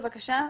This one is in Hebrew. בבקשה,